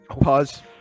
Pause